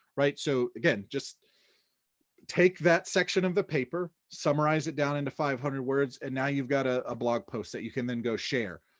so again, just take that section of the paper, summarize it down into five hundred words, and now you've got a blog post that you can then go share.